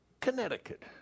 Connecticut